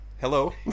hello